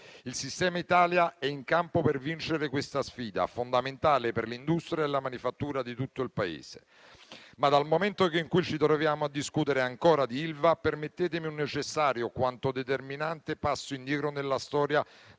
Il sistema Italia è in campo per vincere questa sfida fondamentale per l'industria e la manifattura di tutto il Paese. Ma, dal momento che ci troviamo a discutere ancora di Ilva, permettetemi un necessario quanto determinante passo indietro nella storia